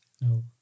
No